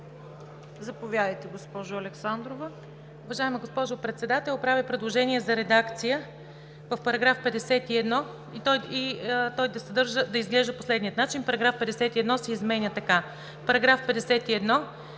Заповядайте, госпожо Александрова.